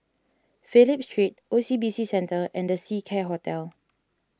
Phillip Street O C B C Centre and the Seacare Hotel